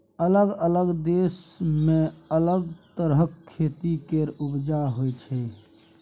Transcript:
अलग अलग देश मे अलग तरहक खेती केर उपजा होइ छै